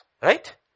Right